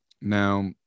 Now